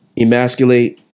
emasculate